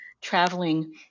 Traveling